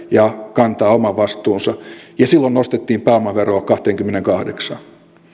ja kantavat oman vastuunsa ja silloin nostettiin pääomaveroa kahteenkymmeneenkahdeksaan